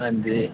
हां जी